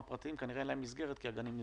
הפרטיים אין מסגרת כי הגנים נסגרו.